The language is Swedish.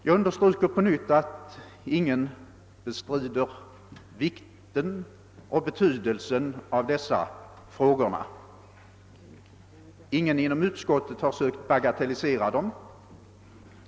Jag understryker på nytt att ingen bestrider vikten och betydelsen av dessa frågor. Ingen inom utskottet har sökt bagatellisera dem.